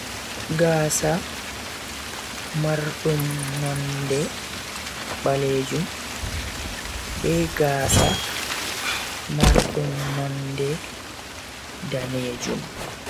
Gassa mardum nonde baleejum be gaasa mardum nonde daneejum.